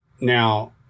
Now